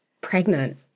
pregnant